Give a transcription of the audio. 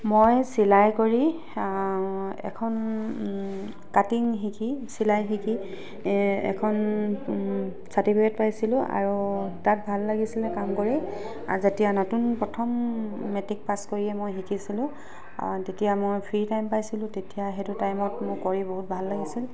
মই চিলাই কৰি এখন কাটিং শিকি চিলাই শিকি এখন চাৰ্টিফিকে'ট পাইছিলো আৰু তাত ভাল লাগিছিলে কাম কৰি আৰু যেতিয়া নতুন প্ৰথম মেট্ৰিক পাছ কৰিয়ে মই শিকিছিলো অ' তেতিয়া মই ফ্ৰী টাইম পাইছিলো তেতিয়া সেইটো টাইমত মোক কৰি বহুত ভাল লাগিছিল